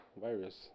virus